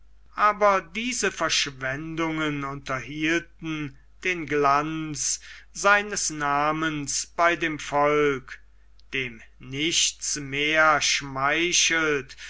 aber diese verschwendungen unterhielten den glanz seines namens bei dem volk dem nichts mehr schmeichelt